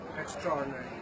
Extraordinary